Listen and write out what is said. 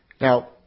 Now